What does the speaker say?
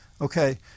okay